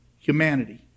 Humanity